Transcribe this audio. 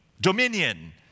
dominion